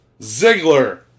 Ziggler